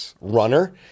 runner